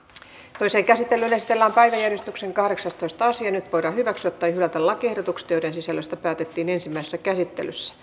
teos ei käsittele edes tilapäisen eristyksen kahdeksastoista sija nyt voida hyväksyä tai hylätä lakiehdotukset joiden sisällöstä päätettiin ensimmäisessä päättyi